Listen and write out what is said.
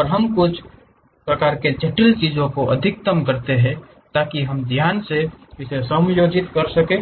और हम कुछ प्रकार के जटिल चीजों को अधिकतम करते हैं ताकि हम ध्यान से समायोजित करें कि